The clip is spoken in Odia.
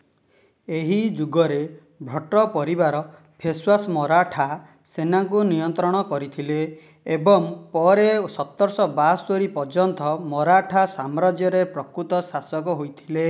ଏହି ଯୁଗରେ ଭଟ୍ଟ ପରିବାରର ପେଶୱା ମରାଠା ସେନାକୁ ନିୟନ୍ତ୍ରଣ କରିଥିଲେ ଏବଂ ପରେ ସତରଶହ ବାସ୍ତୋରି ପର୍ଯ୍ୟନ୍ତ ମରାଠା ସାମ୍ରାଜ୍ୟର ପ୍ରକୃତ ଶାସକ ହୋଇଥିଲେ